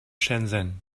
shenzhen